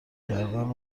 کردن